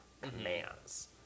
commands